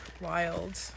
wild